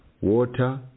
water